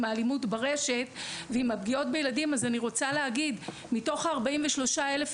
האלימות ברשת אז אני רוצה להגיד שמתוך 43,000 אירועים,